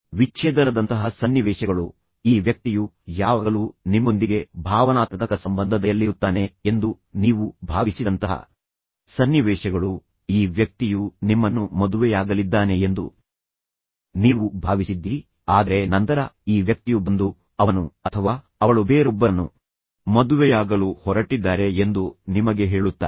ವಿಚ್ಛೇದನದಂತಹ ಸನ್ನಿವೇಶಗಳು ಈ ವ್ಯಕ್ತಿಯು ಯಾವಾಗಲೂ ನಿಮ್ಮೊಂದಿಗೆ ಭಾವನಾತ್ಮಕ ಸಂಬಂಧದಯಲ್ಲಿರುತ್ತಾನೆ ಎಂದು ನೀವು ಭಾವಿಸಿದಂತಹ ಸನ್ನಿವೇಶಗಳು ಈ ವ್ಯಕ್ತಿಯು ನಿಮ್ಮನ್ನು ಮದುವೆಯಾಗಲಿದ್ದಾನೆ ಎಂದು ನೀವು ಭಾವಿಸಿದ್ದೀರಿ ಆದರೆ ನಂತರ ಈ ವ್ಯಕ್ತಿಯು ಬಂದು ಅವನು ಅಥವಾ ಅವಳು ಬೇರೊಬ್ಬರನ್ನು ಮದುವೆಯಾಗಲು ಹೊರಟಿದ್ದಾರೆ ಎಂದು ನಿಮಗೆ ಹೇಳುತ್ತಾರೆ